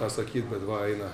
pasakyt bet va eina